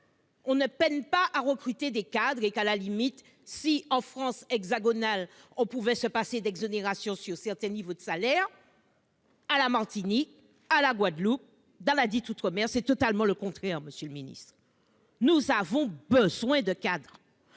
l'on ne peinait pas à en recruter et que, à la limite, en France hexagonale, on pourrait se passer d'exonération sur certains niveaux de salaire. En Martinique, en Guadeloupe, en outre-mer, c'est exactement le contraire, monsieur le ministre. Nous avons besoin de cadres